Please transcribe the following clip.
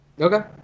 Okay